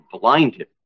blinded